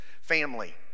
family